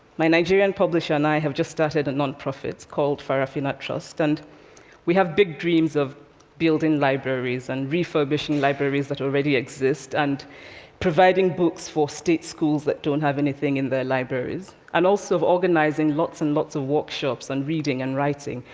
my nigerian publisher and i have just started a non-profit called farafina trust, and we have big dreams of building libraries and refurbishing libraries that already exist and providing books for state schools that don't have anything in their libraries, and also of organizing lots and lots of workshops, in reading and writing,